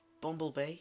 Bumblebee